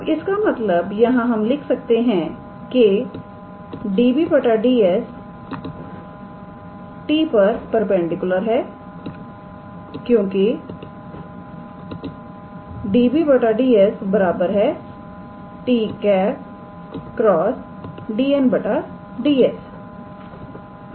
अब इसका मतलबयहां पर हम लिख सकते हैं कि 𝑑𝑏̂ 𝑑𝑠 𝑡̂ पर परपेंडिकुलर है क्योंकि 𝑑𝑏̂ 𝑑𝑠 𝑡̂× 𝑑𝑛̂ 𝑑𝑠 है